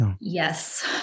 Yes